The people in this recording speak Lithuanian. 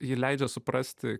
ji leidžia suprasti